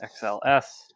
XLS